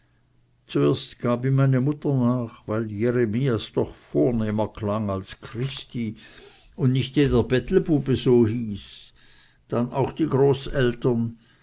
zuerst gab ihm meine mutter nach weil jeremias doch vornehmer klang als christi und nicht jeder bettelbub so hieß dann auch die großeltern